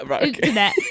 internet